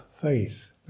faith